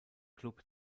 klub